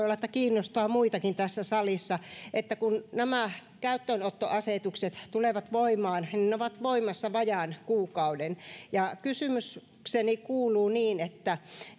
olla että kiinnostaa muitakin tässä salissa kun nämä käyttöönottoasetukset tulevat voimaan niin ne ovat voimassa vajaan kuukauden ja kysymykseni kuuluu